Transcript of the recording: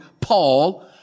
Paul